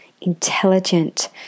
intelligent